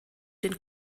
den